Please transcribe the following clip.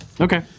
Okay